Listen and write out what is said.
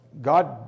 God